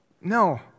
No